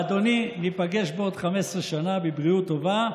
ואדוני, ניפגש בעוד 15 שנה, בבריאות טובה,